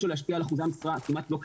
שלו להשפיע על אחוזי המשרה כמעט לא קיימת,